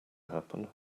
happen